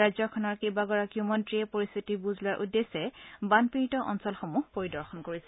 ৰাজ্যখনৰ কেইবাগৰাকীও মন্ত্ৰীয়ে পৰিস্থিতিৰ বুজ লোৱাৰ উদ্দেশ্যে বানপীড়িত অঞ্চলসমূহ পৰিদৰ্শন কৰিছে